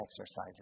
exercises